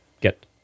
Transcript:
get